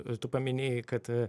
ir tu paminėjai kad